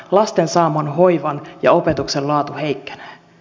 lasten saaman hoivan ja opetuksen laatu heikkenee